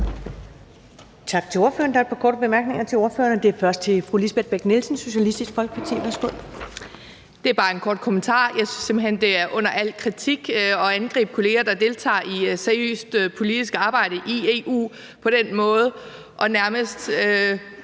Tak til ordføreren. Der er et par korte bemærkninger til ordføreren, og den første er til fru Lisbeth Bech-Nielsen, Socialistisk Folkeparti. Værsgo. Kl. 15:06 Lisbeth Bech-Nielsen (SF): Det er bare en kort kommentar. Jeg synes simpelt hen, det er under al kritik på den måde at angribe kolleger, der deltager i seriøst politisk arbejde i EU, og nærmest